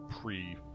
pre